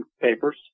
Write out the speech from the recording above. papers